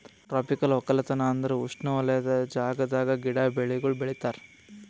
tropical ಒಕ್ಕಲತನ ಅಂದುರ್ ಉಷ್ಣವಲಯದ ಜಾಗದಾಗ್ ಗಿಡ, ಬೆಳಿಗೊಳ್ ಬೆಳಿತಾರ್